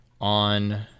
on